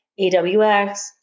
AWS